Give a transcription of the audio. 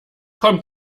kommt